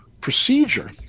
procedure